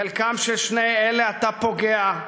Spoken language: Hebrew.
בחלקם של שני אלה אתה פוגע,